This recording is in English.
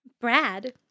Brad